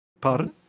Pardon